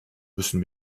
müssen